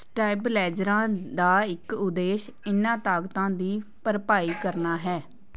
ਸਟੈਬਲਾਈਜ਼ਰਾਂ ਦਾ ਇੱਕ ਉਦੇਸ਼ ਇਨ੍ਹਾਂ ਤਾਕਤਾਂ ਦੀ ਭਰਪਾਈ ਕਰਨਾ ਹੈ